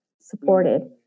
supported